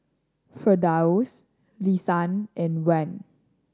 Firdaus Lisa and Wan